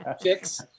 fix